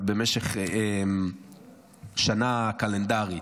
במשך שנה קלנדרית.